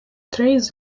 três